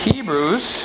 Hebrews